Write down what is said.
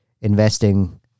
investing